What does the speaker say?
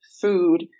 food